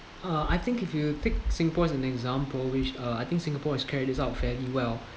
uh I think if you pick singapore as an example which uh I think singapore is carrying it out fairly well